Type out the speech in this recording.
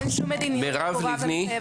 אין שום מדיניות כתובה ומחייבת.